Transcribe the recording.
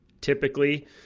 typically